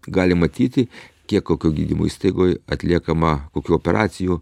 gali matyti kiek kokioj gydymo įstaigoj atliekama kokių operacijų